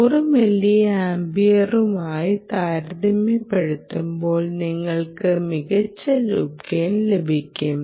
100 milli ആമ്പിയറുമായി താരതമ്യപ്പെടുത്തുമ്പോൾ നിങ്ങൾക്ക് മികച്ച ലൂപ്പ്ഗെയിൻ ലഭിക്കും